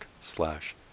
slash